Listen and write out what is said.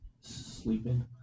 sleeping